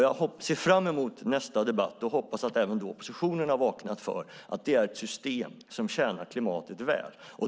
Jag ser fram emot nästa debatt och hoppas att även oppositionen då har vaknat för att detta är ett system som tjänar klimatet väl.